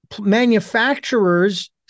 manufacturers